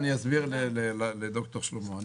אסביר לד"ר שלמה.